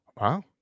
wow